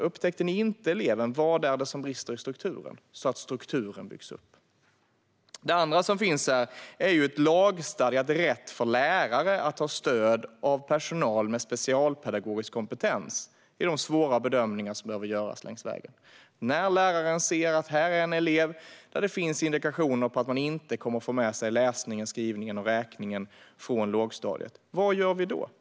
Upptäckte ni inte eleven? Vad är det som brister i strukturen? På så sätt kan strukturen byggas upp. Det andra som finns här är en lagstadgad rätt för lärare att ta stöd av personal med specialpedagogisk kompetens i de svåra bedömningar som behöver göras längs vägen. När läraren ser att det finns indikationer på att en elev inte kommer att få med sig läsningen, skrivningen och räkningen från lågstadiet, vad gör vi då?